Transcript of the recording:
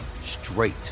straight